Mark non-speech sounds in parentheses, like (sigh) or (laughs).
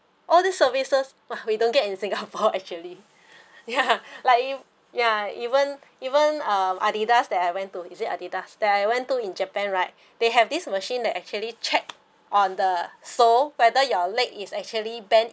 all these services !wah! we don't get in singapore (laughs) actually ya like ev~ ya even even um Adidas that I went to is it Adidas that I went to in japan right they have this machine that actually check on the sole whether your leg is actually bend